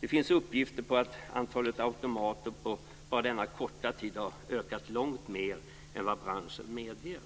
Det finns uppgifter på att antalet automater på bara denna korta tid har ökat långt mer än vad branschen medger.